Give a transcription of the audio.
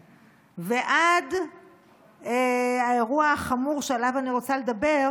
ועד האירוע החמור שעליו אני רוצה לדבר,